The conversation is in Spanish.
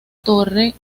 torre